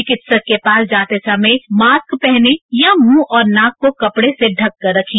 चिकित्सक के पास जाते समय मास्क पहने या मुंह और नाक को कपड़े से ढककर रखें